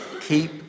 keep